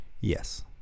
Yes